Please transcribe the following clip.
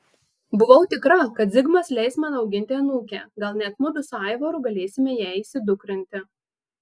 buvau tikra kad zigmas leis man auginti anūkę gal net mudu su aivaru galėsime ją įsidukrinti